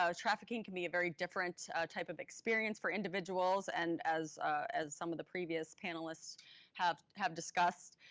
so trafficking can be a very different type of experience for individuals, and as as some of the previous panelists have have discussed,